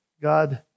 God